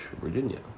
Virginia